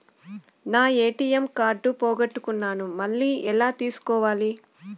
నా ATM card పోగొట్టుకున్నాను, మళ్ళీ ఎలా తీసుకోవాలి?